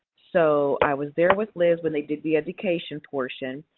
so, i was there with liz when they did the education portion.